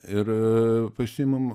ir pasiimam